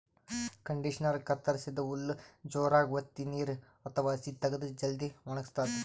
ಕಂಡಿಷನರಾ ಕತ್ತರಸಿದ್ದ್ ಹುಲ್ಲ್ ಜೋರಾಗ್ ವತ್ತಿ ನೀರ್ ಅಥವಾ ಹಸಿ ತಗದು ಜಲ್ದಿ ವಣಗಸ್ತದ್